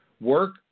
Work